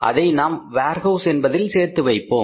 அதை நாம் வேர்ஹவுஸ் என்பதில் வைத்திருப்போம்